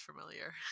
familiar